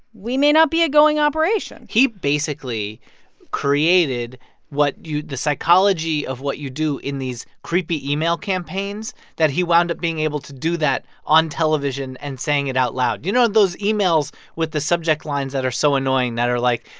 we may not be a going operation he basically created what the psychology of what you do in these creepy email campaigns that he wound up being able to do that on television and saying it out loud. you know those emails with the subject lines that are so annoying that are like,